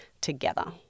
Together